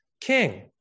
king